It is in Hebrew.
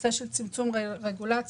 הנושא של צמצום רגולציה,